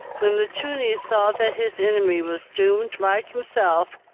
when the tunny saw that his enemy was doomed like himself,